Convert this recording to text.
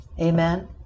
Amen